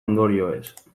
ondorioez